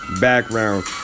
background